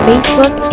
Facebook